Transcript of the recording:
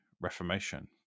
Reformation